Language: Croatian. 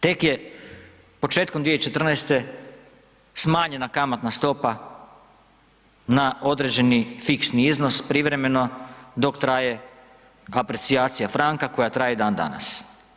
Tek je početkom 2014. smanjena kamatna stopa na određeni fiksni iznos privremeno dok traje aprecijacija franka koja traje i dan danas.